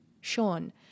Sean